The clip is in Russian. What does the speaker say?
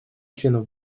членов